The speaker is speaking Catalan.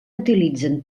utilitzen